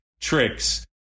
tricks